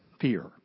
Fear